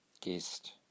guest